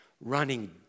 running